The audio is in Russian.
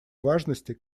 важности